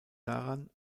daran